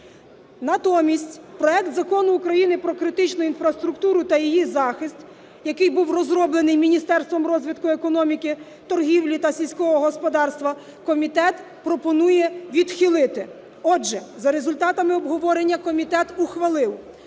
Натомість проект Закону України про критичну інфраструктуру та її захист, який був розроблений Міністерством розвитку економіки, торгівлі та сільського господарства, комітет пропонує відхилити. Отже, за результатами обговорення комітет ухвалив